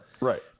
right